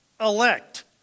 elect